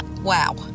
Wow